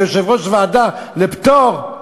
כיושב-ראש ועדה לפטור,